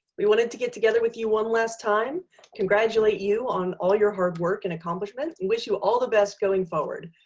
we wanted to get together with you one last time to congratulate you on all your hard work and accomplishments and wish you all the best going forward.